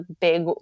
big